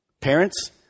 Parents